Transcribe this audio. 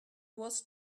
was